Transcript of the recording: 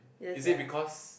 is it because